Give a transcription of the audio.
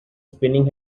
spinning